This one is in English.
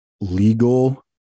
legal